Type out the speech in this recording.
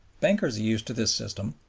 bankers are used to this system,